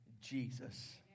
jesus